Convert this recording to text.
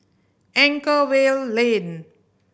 Anchorvale Lane